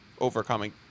overcoming